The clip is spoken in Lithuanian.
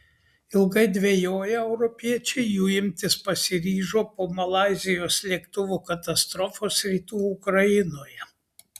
ilgai dvejoję europiečiai jų imtis pasiryžo po malaizijos lėktuvo katastrofos rytų ukrainoje